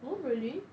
oh really